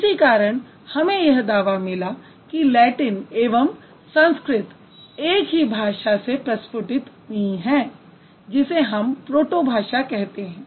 इसी कारण हमें यह दावा मिला कि लैटिन एवं संस्कृत एक ही भाषा से प्रस्फुटित हुईं जिसे हम प्रोटोभाषा कहते है